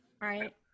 right